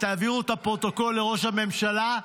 ותעבירו את הפרוטוקול לראש הממשלה,